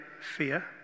fear